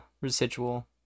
residual